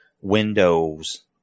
windows